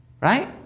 Right